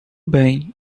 bem